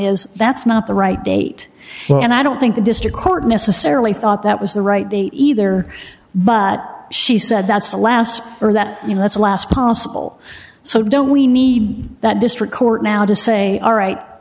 is that's not the right date and i don't think the district court necessarily thought that was the right the either but she said that's the last for that you know that's a last possible so don't we need that district court now to say all right